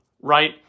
right